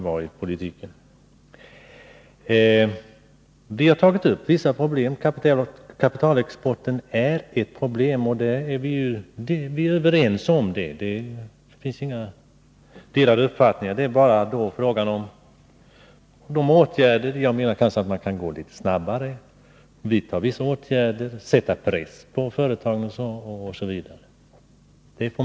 Vi har tagit upp vissa problem. Kapitalexporten är ett problem — och det är vi överens om. Frågan gäller då åtgärderna. Jag menar att man kanske kan gå fram snabbare, vidta vissa åtgärder, sätta press på företagen osv.